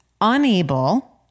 unable